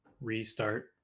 restart